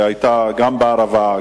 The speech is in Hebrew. שהיו גם בערבה,